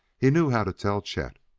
he knew how to tell chet!